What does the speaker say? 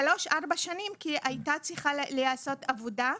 שלוש-ארבע שנים כי הייתה צריכה להיעשות עבודה.